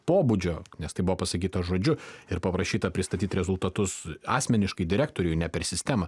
pobūdžio nes tai buvo pasakyta žodžiu ir paprašyta pristatyt rezultatus asmeniškai direktoriui ne per sistemą